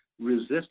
resist